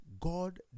God